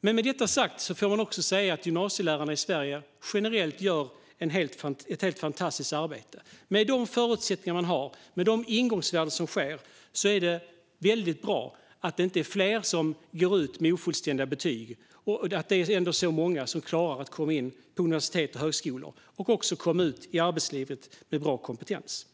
Med detta sagt får jag också säga att gymnasielärarna i Sverige generellt gör ett fantastiskt arbete. Med de förutsättningar de har och de ingångsvärden som finns är det bra att inte fler går ut med ofullständiga betyg. Det är ändå många som klarar att komma in på universitet och högskolor och sedan komma ut i arbetslivet med bra kompetens.